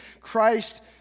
Christ